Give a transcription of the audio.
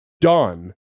done